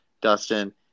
Dustin